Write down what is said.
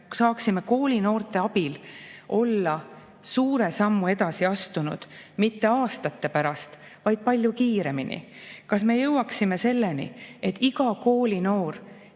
saaksime koolinoorte abil suure sammu edasi astuda mitte aastate pärast, vaid palju kiiremini? Kas me jõuaksime selleni, et iga koolinoor